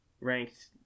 ranked